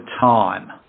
time